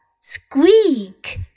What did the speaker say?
squeak